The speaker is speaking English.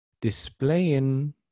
displaying